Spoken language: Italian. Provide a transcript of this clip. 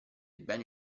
beni